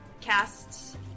cast